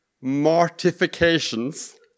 mortifications